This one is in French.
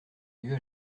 lieu